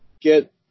Get